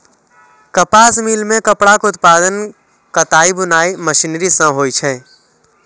कपास मिल मे कपड़ाक उत्पादन कताइ बुनाइ मशीनरी सं होइ छै